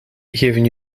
geven